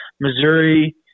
Missouri